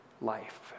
life